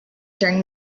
during